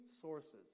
sources